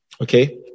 Okay